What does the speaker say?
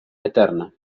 eterna